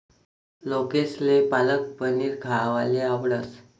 लोकेसले पालक पनीर खावाले आवडस